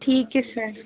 ठीक है सर